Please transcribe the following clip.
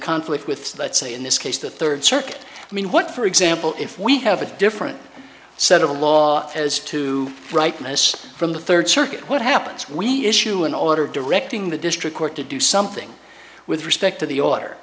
conflict with let's say in this case the third circuit i mean what for example if we have a different set of a lot has to rightness from the third circuit what happens we issue an order directing the district court to do something with respect to the